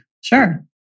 Sure